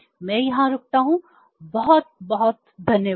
मैं यहां रुकता हूं बहुत बहुत धन्यवाद